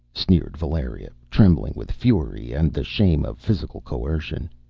sneered valeria, trembling with fury and the shame of physical coercion.